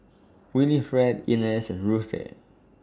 Winifred Inez and Ruthe